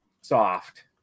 soft